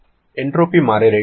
entropy మారే rate ఎంత